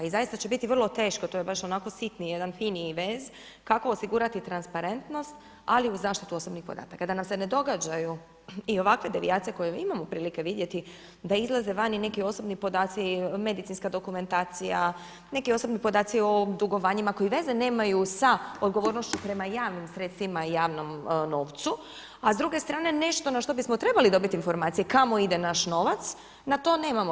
I zaista će biti vrlo teško, to je baš onako sitniji jedan finiji vez kako osigurati transparentnost, ali uz zaštitu osobnih podataka, da nam se ne događaju i ovakve devijacije koje imamo prilike vidjeti da izlaze van i neki osobni podaci, medicinska dokumentacija, neki osobni podaci o dugovanjima koji veze nemaju sa odgovornošću prema javnim sredstvima i javnom novcu, a s druge strane nešto na što bismo trebali dobiti informacije kamo ide naš novac na to nemamo.